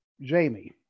Jamie